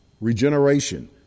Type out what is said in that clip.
regeneration